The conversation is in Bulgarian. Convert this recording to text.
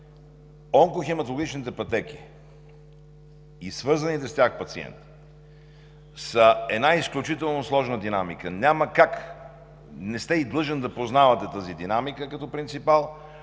онкохематологичните пътеки и свързаните с тях пациенти са изключително сложна динамика. Няма как да познавате тази динамика като принципал,